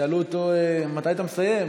שאלו אותו: מתי אתה מסיים?